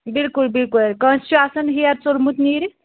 بِلکُل بِلکل کٲنٛسہِ چھُ آسان ہیَر ژوٚلمُت نیٖرِتھ